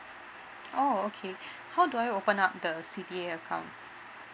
oh okay how do I open up the C_D_A account